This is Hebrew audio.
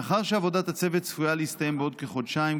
מאחר שעבודת הצוות צפויה להסתיים בעוד כחודשיים,